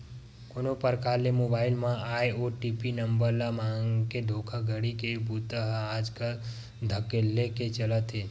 कोनो परकार ले मोबईल म आए ओ.टी.पी नंबर ल मांगके धोखाघड़ी के बूता ह आजकल धकल्ले ले चलत हे